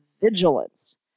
vigilance